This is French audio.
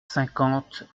cinquante